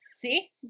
see